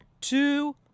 two